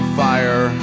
fire